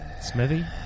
smithy